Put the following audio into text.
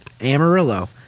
Amarillo